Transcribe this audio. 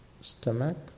stomach